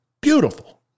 beautiful